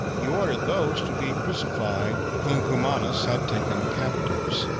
he ordered those to be crucified whom cumanus had taken captives.